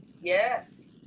Yes